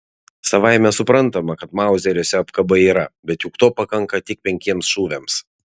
savaime suprantama kad mauzeriuose apkaba yra bet juk to pakanka tik penkiems šūviams